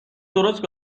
درست